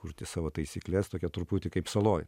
kurti savo taisykles tokia truputį kaip saloj